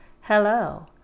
Hello